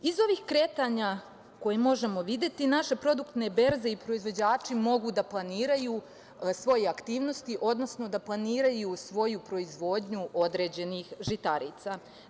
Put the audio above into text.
Iz ovih kretanja koje možemo videti, naše produktne berze i proizvođači mogu da planiraju svoje aktivnosti, odnosno da planiraju svoju proizvodnju određenih žitarica.